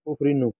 उफ्रिनु